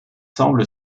semble